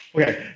Okay